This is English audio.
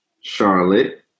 Charlotte